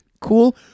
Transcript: Cool